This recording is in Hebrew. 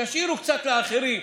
שישאירו קצת לאחרים.